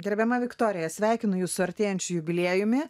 gerbiama viktorija sveikinu jus su artėjančiu jubiliejumi